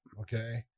okay